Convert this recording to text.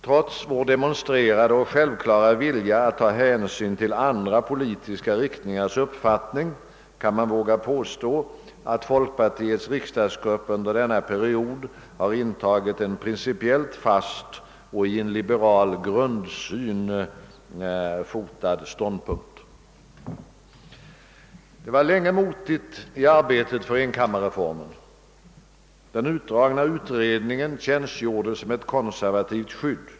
Trots vår demonstrerade och självklara vilja att ta hänsyn till andra politiska riktningars uppfattningar kan man våga påstå att folkpartiets riksdagsgrupp under denna period har intagit en principiellt fast och i en liberal syn grundad ståndpunkt. Det var länge motigt i arbetet för enkammarreformen. Den utdragna utredningen tjänstgjorde som ett konservativt skydd.